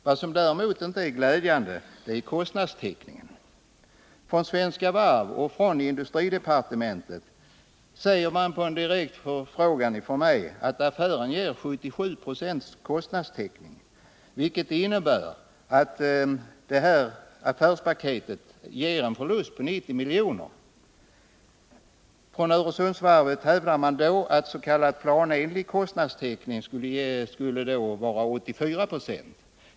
Vad som däremot inte är glädjande är kostnadstäckningen. Från Svenska Varv och från industridepartementet säger man på direkt förfrågan från mig att affären ger 77 70 kostnadstäckning, vilket innebär att affärspaketet ger en förlust på 90 miljoner. Från Öresundsvarvet hävdar man att s.k. planenlig kostnadstäckning skulle vara 84 90.